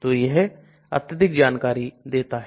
तो यह अत्यधिक जानकारी देता है